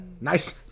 Nice